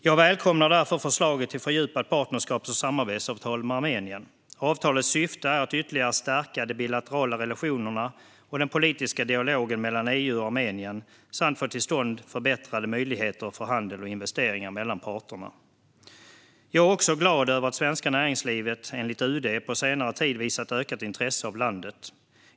Jag välkomnar därför förslaget till fördjupat partnerskaps och samarbetsavtal med Armenien. Avtalets syfte är att ytterligare stärka de bilaterala relationerna och den politiska dialogen mellan EU och Armenien samt få till stånd förbättrade möjligheter för handel och investeringar mellan parterna. Jag är också glad över att det svenska näringslivet, enligt UD, på senare tid visat ökat intresse för landet.